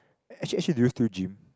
actually actually do you still gym